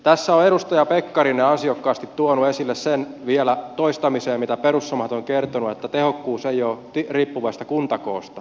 tässä on edustaja pekkarinen ansiokkaasti tuonut esille sen vielä toistamiseen mitä perussuomalaiset ovat kertoneet että tehokkuus ei ole riippuvaista kuntakoosta